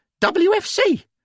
WFC